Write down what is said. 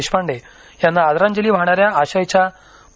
देशपांडे यांना आदरांजली वाहणाऱ्या आशयच्या पु